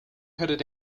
headed